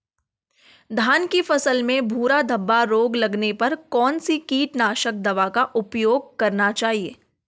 धान की फसल में भूरा धब्बा रोग लगने पर कौन सी कीटनाशक दवा का उपयोग करना चाहिए?